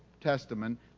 Testament